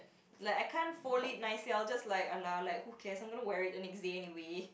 like I can't fold it nicely I will just like alah like who cares I'm gonna wear it the next day anyway